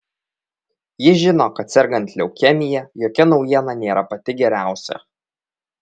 ji žino kad sergant leukemija jokia naujiena nėra pati geriausia